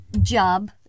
job